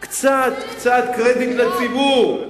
קצת, קצת קרדיט לציבור.